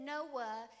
Noah